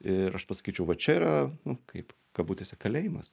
ir aš pasakyčiau va čia yra kaip kabutėse kalėjimas